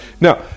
Now